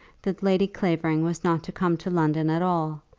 that lady clavering was not to come to london at all,